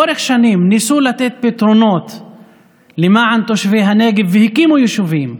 שלאורך שנים ניסו לתת פתרונות למען תושבי הנגב והקימו יישובים: